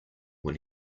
when